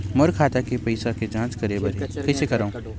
मोर खाता के पईसा के जांच करे बर हे, कइसे करंव?